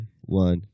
one